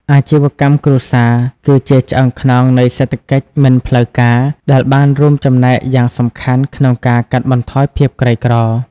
អាជីវកម្មគ្រួសារ គឺជាឆ្អឹងខ្នងនៃសេដ្ឋកិច្ចមិនផ្លូវការ ដែលបានរួមចំណែកយ៉ាងសំខាន់ក្នុងការកាត់បន្ថយភាពក្រីក្រ។